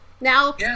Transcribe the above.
Now